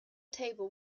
table